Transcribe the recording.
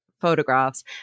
photographs